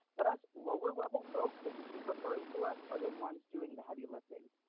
but us lower level folks, as you keep referring to us, are the ones doing the heavy lifting.